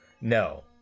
no